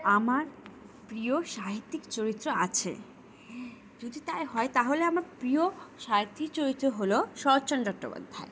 আমার প্রিয় সাহিত্যিক চরিত্র আছে যদি তাই হয় তাহলে আমার প্রিয় সাহিত্যিক চরিত্র হলো শরৎ চন্দ্র্রপাধ্যায়